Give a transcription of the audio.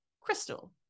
Crystal